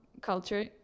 culture